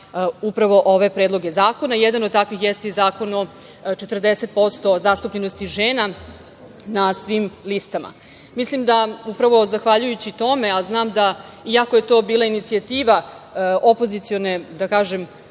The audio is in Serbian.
upravo ove predloge zakona. Jedan od takvih jeste i zakon o 40% zastupljenosti žena na svim listama. Mislim da upravo zahvaljujući tome, a znam da iako je to bila inicijativa opozicione i jedne